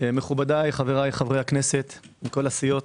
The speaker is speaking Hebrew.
מכובדיי חבריי חברי הכנסת, מכל הסיעות,